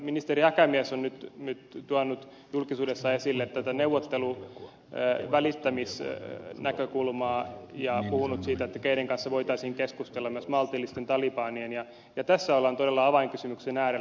ministeri häkämies on nyt tuonut julkisuudessa esille tätä neuvottelu välittämisnäkökulmaa ja puhunut siitä keiden kanssa voitaisiin keskustella myös maltillisten talibanien ja tässä ollaan todella avainkysymyksen äärellä